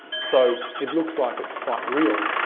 so it looks like it's quite real.